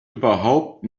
überhaupt